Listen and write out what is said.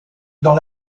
dans